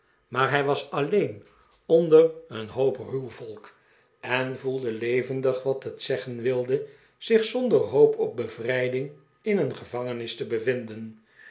maar hij was alleen onder een hoop ruw volk en voelde levendig wat het zeggen wilde zich zonder hoop op be vrij ding in een gevangenis te bevinden